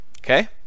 Okay